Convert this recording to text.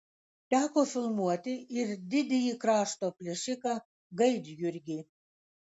teko filmuoti ir didįjį krašto plėšiką gaidjurgį